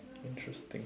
interesting